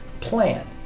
plan